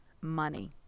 money